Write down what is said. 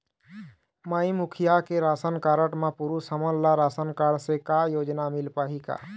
माई मुखिया के ration card म पुरुष हमन ला रासनकारड से का योजना मिल पाही का?